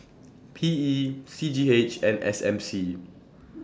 P E C G H and S M C